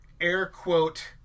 air-quote